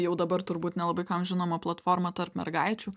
jau dabar turbūt nelabai kam žinoma platforma tarp mergaičių